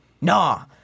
Nah